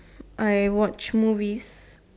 I watch movies